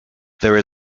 there